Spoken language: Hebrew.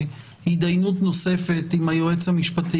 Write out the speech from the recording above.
לבניית מדיניות של טיפול בעניינים.